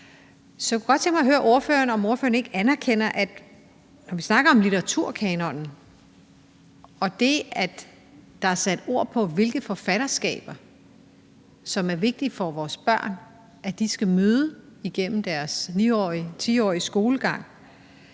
Så jeg kunne godt tænke mig at høre ordføreren, om ordføreren ikke, når vi snakker om litteraturkanonen, anerkender det, at der er sat ord på, hvilke forfatterskaber som er vigtige for vores børn at møde igennem deres 9- eller 10-årige skolegang,